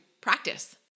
practice